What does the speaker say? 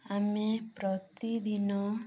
ଆମେ ପ୍ରତିଦିନ